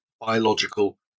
biological